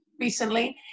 recently